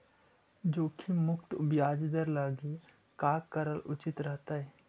जोखिम मुक्त ब्याज दर लागी का करल उचित रहतई?